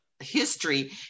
history